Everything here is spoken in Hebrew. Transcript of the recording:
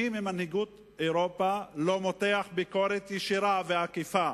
מי במנהיגות אירופה לא מותח ביקורת ישירה ועקיפה